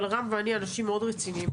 אבל רם ואני אנשים מאוד רציניים.